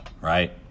right